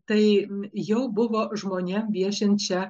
tai jau buvo žmonėm viešint čia